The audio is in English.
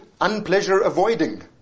unpleasure-avoiding